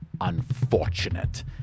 unfortunate